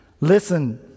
Listen